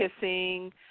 kissing